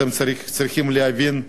אתם צריכים להבין,